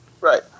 Right